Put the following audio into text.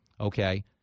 Okay